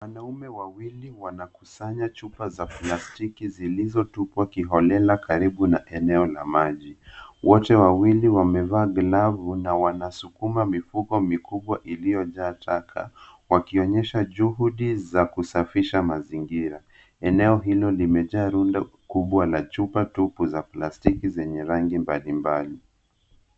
Wanaume wawili wanakusanya chupa za plastiki, ziliizotupwa kiholela karibu na eneo la maji. Wote wawili wamevaa glavu na wanaskuma mifuko mikubwa iliyojaa taka. Wakionyesha juhudi za kusafisha mazingira. Eneo hilo limejaa rundo la chupa tupu za plastiki ,zenye rangi mbali mbali.